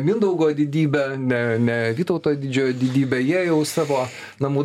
mindaugo didybę ne ne vytauto didžiojo didybę jie jau savo namų